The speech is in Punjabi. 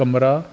ਕਮਰਾ